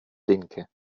linke